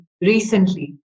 recently